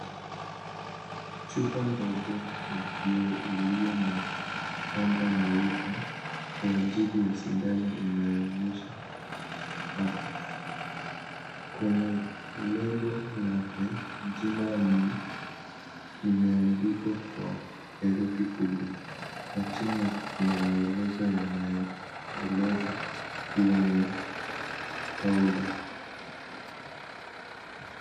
Chupa ndogo ya kioo nyeupe iliona poda nyeupe kwa ajili ya sindano inaonyesha kwenye lebo lake jina ni limeandikwa kwa herufi kubwa na chini yake kuna maelezo yanayoeleza kuwa ni powder .